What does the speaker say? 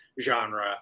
genre